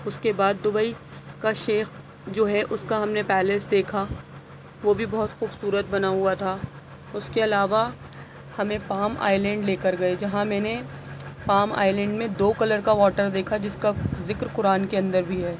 اس کے بعد دبئی کا شیخ جو ہے اس کا ہم نے پیلیس دیکھا وہ بھی بہت خوبصورت بنا ہوا تھا اس کے علاوہ ہمیں پام آئلینڈ لے کر گئے جہاں میں نے پام آئلینڈ میں دو کلر کا واٹر دیکھا جس کا ذکر قرآن کے اندر بھی ہے